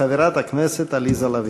חברת הכנסת עליזה לביא.